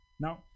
Now